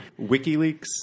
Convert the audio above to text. WikiLeaks